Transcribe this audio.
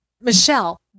Michelle